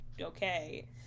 okay